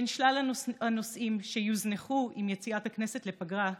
בין שלל הנושאים שיוזנחו עם יציאת הכנסת לפגרה,